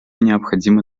необходимо